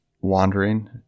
wandering